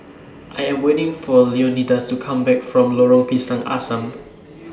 I Am waiting For Leonidas to Come Back from Lorong Pisang Asam